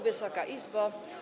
Wysoka Izbo!